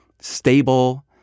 stable